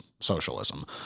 socialism